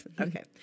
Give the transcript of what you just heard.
Okay